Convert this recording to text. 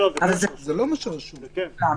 מה שרשום כאן